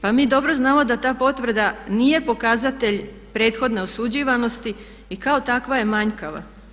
Pa mi dobro znamo da ta potvrda nije pokazatelj prethodne osuđivanosti i kao takva je manjkava.